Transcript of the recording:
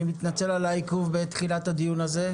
אני מתנצל על העיכוב בתחילת הדיון הזה.